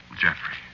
Jeffrey